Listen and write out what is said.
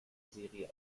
serie